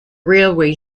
railway